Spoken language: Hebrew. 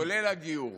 כולל הגיור,